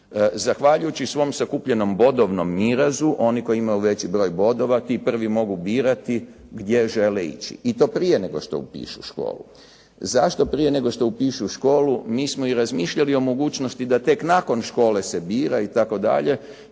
Zahvaljujući svom sakupljenom bodovnom mirazu, oni koji imaju veći broj bodova, ti prvi mogu birati gdje žele ići i to prije nego što upišu školu. Zašto prije nego što upišu školu? Mi smo i razmišljali o mogućnosti da tek nakon škole se bira itd.,